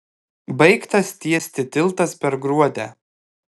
baigtas tiesti tiltas per gruodę